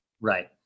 Right